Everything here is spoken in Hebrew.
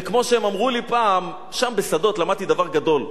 כמו שהם אמרו לי פעם, שם בשדות למדתי דבר גדול.